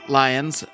lions